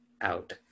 out